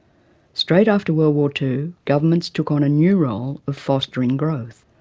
straight after world war two, governments took on a new role of fostering growth.